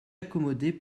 accommoder